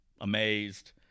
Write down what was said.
amazed